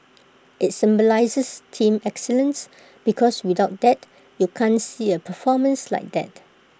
IT symbolises team excellence because without that you can't see A performance like that